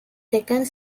second